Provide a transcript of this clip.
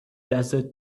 desert